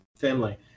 family